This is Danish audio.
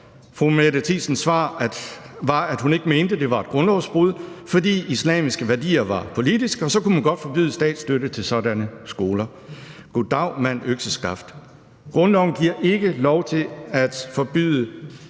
Fru Mette Thiesens svar var, at hun ikke mente, at det var et grundlovsbrud, fordi islamiske værdier var politiske, og så kunne man godt forbyde statsstøtte til sådanne skoler. Goddag mand, økseskaft. Grundloven giver ikke lov til at fratage